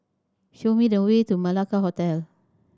show me the way to Malacca Hotel